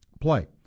play